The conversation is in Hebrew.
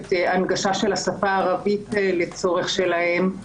שנדרשת הנגשה של השפה הערבית לצורך שלהם.